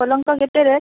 ପଲଙ୍କ କେତେ ରେଟ୍